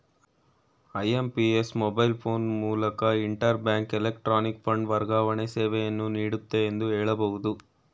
IMPS mobile phone ಮೂಲಕ interbank electronic fund ವರ್ಗಾವಣೆ ಸೇವೆಯನ್ನು ನೀಡುತ್ತೆ ಎಂದು ಹೇಳಬಹುದು